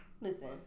listen